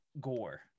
Gore